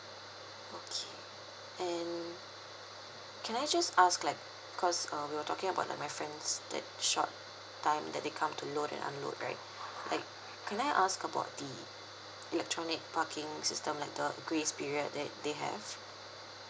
okay and can I just ask like because uh we were talking about like my friends that short time that they come to load and unload right like can I ask about the electronic parking system like the grace period that they have